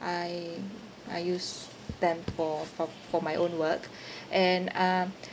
I I use them for for for my own work and um